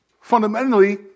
fundamentally